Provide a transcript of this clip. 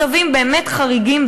מצבים באמת חריגים,